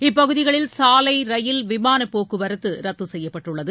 இப்பகுதிகளில் சாலை ரயில் விமான போக்குவரத்து ரத்து செய்யப்பட்டுள்ளது